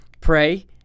pray